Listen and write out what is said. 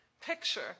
picture